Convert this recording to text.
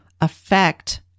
affect